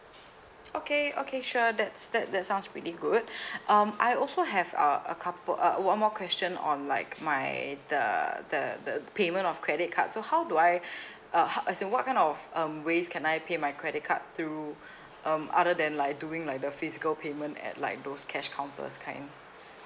okay okay sure that's that that sounds pretty good um I also have uh a cou~ uh one more question on like my the the the payment of credit card so how do I uh ho~ as in what kind of um ways can I pay my credit card through um other than like doing like the physical payment at like those cash counters kind